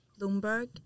Bloomberg